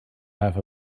laugh